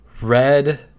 red